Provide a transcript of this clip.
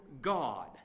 God